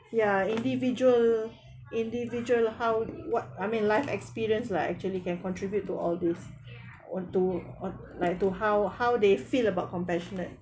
ya individual individual how what I mean life experience lah actually can contribute to all this onto on like to how how they feel about compassionate